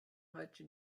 heute